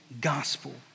gospel